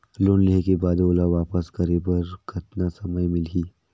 Loan लेहे के बाद ओला वापस करे बर कतना समय मिलही?